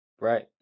Right